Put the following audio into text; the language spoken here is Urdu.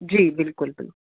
جی بالکل بالکل